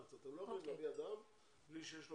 אתם לא יכולים להביא אדם בלי שיש לו